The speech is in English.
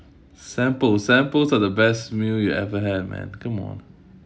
samples samples are the best meal you ever had man come on